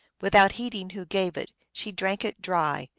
without heed ing who gave it, she drank it dry,